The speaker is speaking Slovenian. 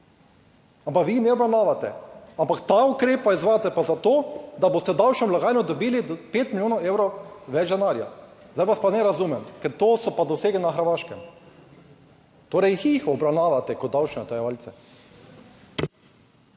ampak vi ne obravnavate. Ampak ta ukrep pa izvajate pa za to, da boste v davčno blagajno dobili pet milijonov evrov več denarja, zdaj vas pa ne razumem, ker to so pa dosegli na Hrvaškem. Torej jih obravnavate kot davčne utajevalce.